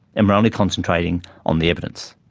and we're only concentrating on the evidence.